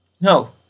No